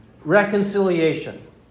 reconciliation